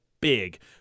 big